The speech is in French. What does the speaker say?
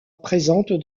présente